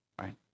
right